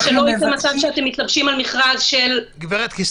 שלא יצא מצב שאתם מתלבשים על מכרז שהוא כסף